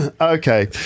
Okay